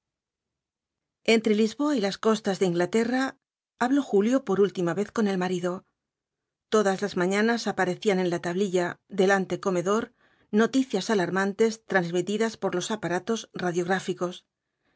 entre lisboa y las costas de inglaterra habló julio por última vez con el marido todas las mañanas aparecían en la tablilla del antecomedor noticias alarmantes transmitidas por los aparatos radiográficos el